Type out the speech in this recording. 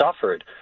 suffered